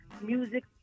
Music